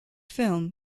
film